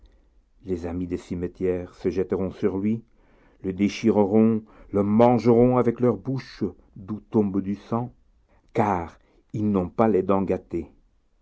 les amis des cimetières se jetteront sur lui le déchireront le mangeront avec leur bouche d'où tombe du sang car ils n'ont pas les dents gâtées